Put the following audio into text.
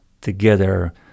together